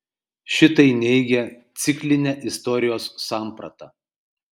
šitai neigia ciklinę istorijos sampratą